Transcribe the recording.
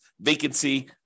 vacancy